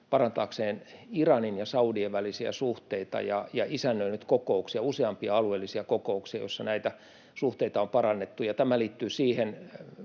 parantaakseen Iranin ja saudien välisiä suhteita ja isännöinyt kokouksia, useampia alueellisia kokouksia, joissa näitä suhteita on parannettu. Tämä liittyy tietysti